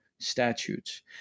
statutes